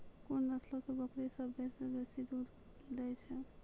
कोन नस्लो के बकरी सभ्भे से बेसी दूध दै छै?